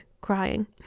crying